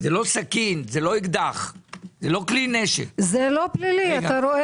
זה לא סכין, זה לא אקדח, זה לא כלי נשק.